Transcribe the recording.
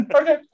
Okay